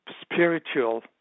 spiritual